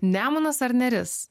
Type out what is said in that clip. nemunas ar neris